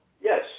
yes